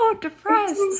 depressed